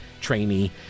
trainee